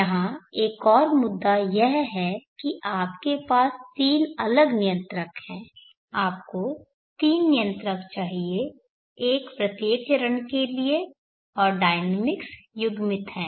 यहां एक और मुद्दा यह है कि आपके पास 3 अलग नियंत्रक हैं आपको 3 नियंत्रक चाहिए एक प्रत्येक चरण के लिए और डायनेमिक्स युग्मित हैं